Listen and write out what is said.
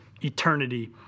Eternity